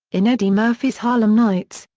in eddie murphy's harlem nights,